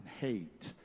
hate